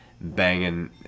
banging